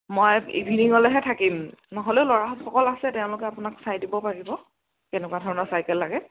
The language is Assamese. মই ইভিনঙলেহে থাকিম নহ'লেও ল'ৰাহঁতসকল আছে তেওঁলোকে আপোনাক চাই দিব পাৰিব কেনেকুৱা ধৰণৰ চাইকেল লাগে